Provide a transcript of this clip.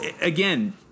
again